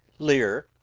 lear,